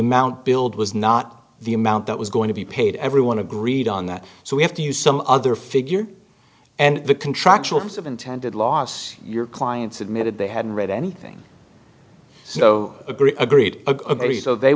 amount billed was not the amount that was going to be paid everyone agreed on that so we have to use some other figure and the contractual terms of intended loss your clients admitted they hadn't read anything so agreed agreed agreed so they